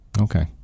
Okay